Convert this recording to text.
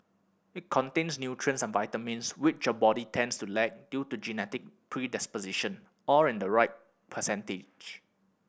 it contains nutrients and vitamins which your body tends to lack due to genetic predispositions all in the right percentage